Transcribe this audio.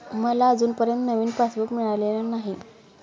मला अजूनपर्यंत नवीन पासबुक मिळालेलं नाही